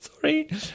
Sorry